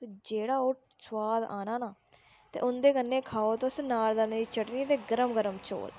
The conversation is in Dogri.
जेह्ड़ा ओह् स्वाद आना न ते उंदे कन्नै खाओ तुस नार दाने दी चटनी ते गर्म गर्म चौल